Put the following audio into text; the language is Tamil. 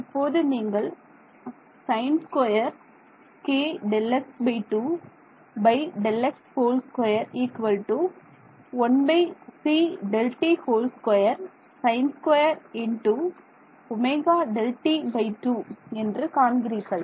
இப்போது நீங்கள் என்று காண்கிறீர்கள்